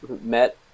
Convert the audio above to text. met